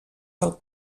del